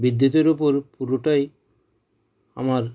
বিদ্যুতের উপর পুরোটাই আমার